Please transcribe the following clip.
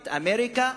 את אמריקה,